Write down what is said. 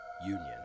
Union